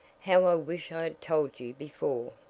how i wish i had told you before!